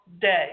day